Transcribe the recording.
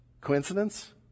Coincidence